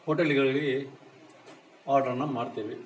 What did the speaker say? ಹೋಟೆಲ್ಲುಗಳಲ್ಲಿ ಆರ್ಡ್ರನ್ನು ಮಾಡ್ತೇವೆ